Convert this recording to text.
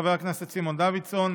חבר הכנסת סימון דוידסון,